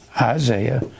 Isaiah